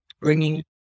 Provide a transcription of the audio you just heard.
bringing